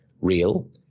real